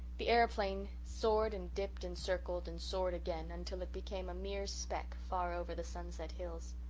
the aeroplane soared and dipped and circled, and soared again, until it became a mere speck far over the sunset hills.